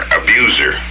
abuser